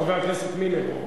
חבר הכנסת מילר.